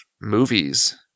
movies